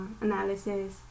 analysis